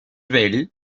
vell